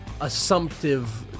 assumptive